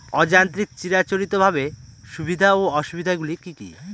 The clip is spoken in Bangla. অযান্ত্রিক চিরাচরিতভাবে সুবিধা ও অসুবিধা গুলি কি কি?